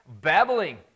Babbling